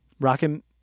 Rocket